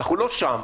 אנחנו לא שם.